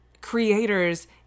Creators